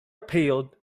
appealed